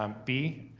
um b,